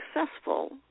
successful